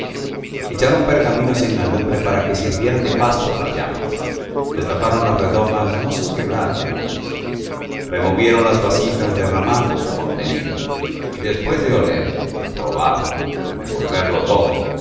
echaron pergaminos en la lumbre para que sirvieran de pasto á las llamas destaparon las redomas no sin quebrar algunas removieron las vasijas derramando su contenido y después de oler probar y revolverlo todo